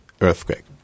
earthquake